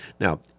Now